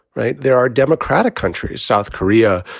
right. there are democratic countries, south korea,